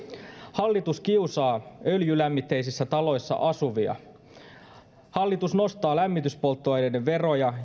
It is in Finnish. hallitus kiusaa öljylämmitteisissä taloissa asuvia hallitus nostaa lämmityspolttoaineiden veroja